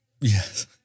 Yes